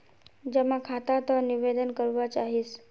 जमा खाता त निवेदन करवा चाहीस?